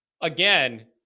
again